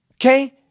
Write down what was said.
okay